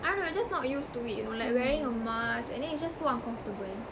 I don't know just not used to it you know like wearing a mask and then it's just so uncomfortable